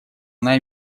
она